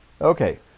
Okay